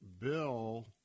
bill